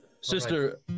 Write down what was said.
sister